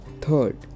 Third